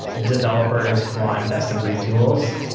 developers want best-of-breed tools,